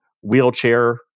wheelchair